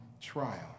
trial